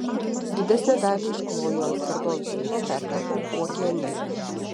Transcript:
didesnę dalį iškloju ant skardos dugno pertepu uogiene